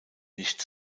nicht